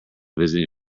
visiting